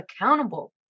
accountable